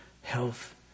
Health